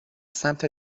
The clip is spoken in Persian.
سمت